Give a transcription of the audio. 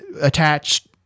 attached